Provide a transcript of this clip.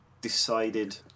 decided